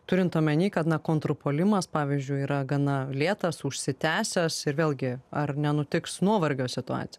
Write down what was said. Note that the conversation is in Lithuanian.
turint omeny kad na kontrpuolimas pavyzdžiui yra gana lėtas užsitęsęs ir vėlgi ar nenutiks nuovargio situacija